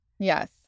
Yes